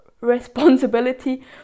responsibility